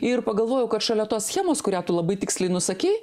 ir pagalvojau kad šalia tos schemos kurią tu labai tiksliai nusakei